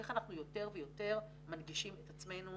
איך אנחנו יותר ויותר מנגישים את עצמנו